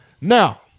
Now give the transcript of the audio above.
now